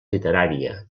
literària